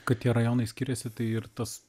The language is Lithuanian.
kad tie rajonai skiriasi tai ir tas